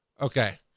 Okay